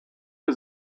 wir